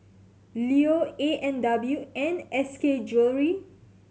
Leo A and W and S K Jewellery